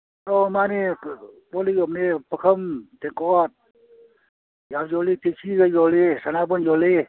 ꯑꯣ ꯃꯥꯅꯦ ꯀꯣꯜ ꯂꯤꯛ ꯌꯣꯟꯕꯅꯦ ꯄꯨꯈꯝ ꯇꯦꯡꯀꯣꯠ ꯌꯥꯝ ꯌꯣꯜꯂꯤ ꯇꯦꯛꯁꯤꯒ ꯌꯣꯜꯂꯤ ꯁꯅꯥꯕꯨꯟ ꯌꯣꯜꯂꯤ